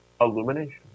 illumination